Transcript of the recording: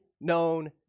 known